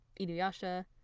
Inuyasha